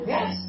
Yes